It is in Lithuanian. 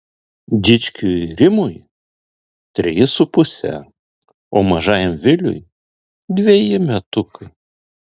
dičkiui rimui treji su puse o mažajam viliui dveji metukai